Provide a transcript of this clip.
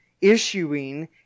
issuing